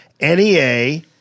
NEA